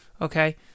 Okay